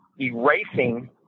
erasing